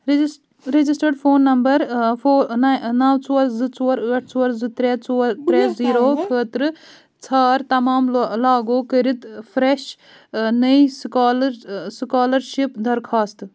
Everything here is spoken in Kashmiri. رجِس registered phone number four nine نَو ژور زٕ ژور ٲٹھ ژور زٕ ترٛےٚ ژور ترٛےٚ زیٖرو خٲطرٕ ژھار تمام لا لاگو کٔرِتھ فرٛیش نٔے سُکالر سُکالرشِپ درخاستہٕ